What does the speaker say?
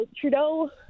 Trudeau